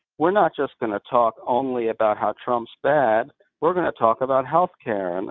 we're not just going to talk only about how trump's bad we're going to talk about healthcare. and